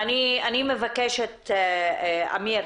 אמיר,